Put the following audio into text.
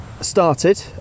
started